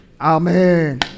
Amen